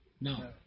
No